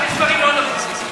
לפרוטוקול.